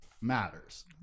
matters